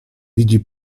widzi